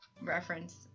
reference